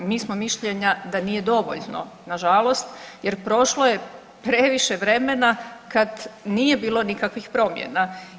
Mi smo mišljenja da nije dovoljno na žalost jer prošlo je previše vremena kad nije bilo nikakvih promjena.